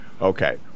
Okay